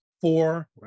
four